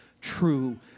true